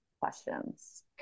questions